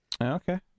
Okay